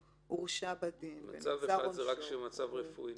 הורשע בדין ונגזר עונשו -- מצב אחד זה רק מצב רפואי.